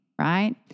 right